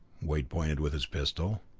wade pointed with his pistol,